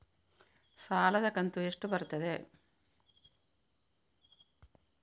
ಸಾಲದ ಕಂತು ಎಷ್ಟು ಬರುತ್ತದೆ?